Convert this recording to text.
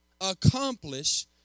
accomplish